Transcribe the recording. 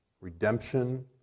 redemption